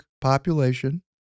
population